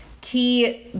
Key